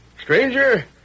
Stranger